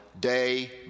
day